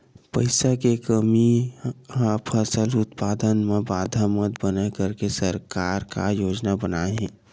पईसा के कमी हा फसल उत्पादन मा बाधा मत बनाए करके सरकार का योजना बनाए हे?